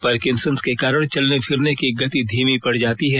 Parkinson के कारण चलने फिरने की गति धीमी पड़ जाती है